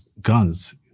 guns